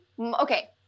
okay